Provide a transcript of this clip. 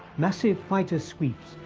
massive fighter sweeps,